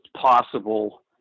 possible